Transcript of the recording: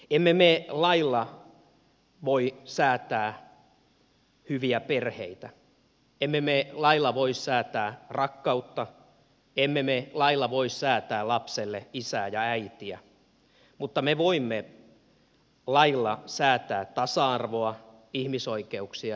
emme me lailla voi säätää hyviä perheitä emme me lailla voi säätää rakkautta emme me lailla voi säätää lapselle isää ja äitiä mutta me voimme lailla säätää tasa arvoa ihmisoikeuksia ja yhdenvertaisuutta